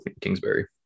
Kingsbury